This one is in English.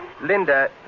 Linda